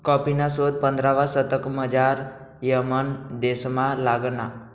कॉफीना शोध पंधरावा शतकमझाऱ यमन देशमा लागना